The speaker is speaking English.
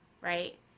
right